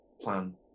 plan